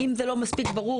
אם זה לא מספיק ברור,